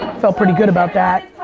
felt pretty good about that.